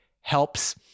helps